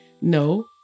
No